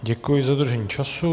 Děkuji za dodržení času.